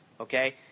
okay